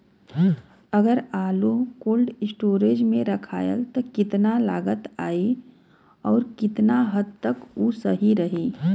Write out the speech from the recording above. अगर आलू cold storage में रखायल त कितना लागत आई अउर कितना हद तक उ सही रही?